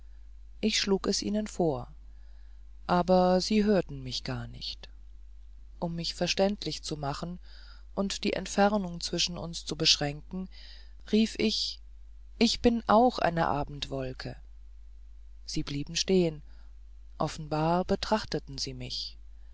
ich schlug es ihnen vor aber sie hörten mich gar nicht um mich verständlich zu machen und die entfernung zwischen uns zu beschränken rief ich ich bin auch eine abendwolke sie blieben stehen offenbar betrachteten sie mich